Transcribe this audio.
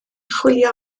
chwilio